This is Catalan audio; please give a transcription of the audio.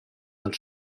dels